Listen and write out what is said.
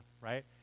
right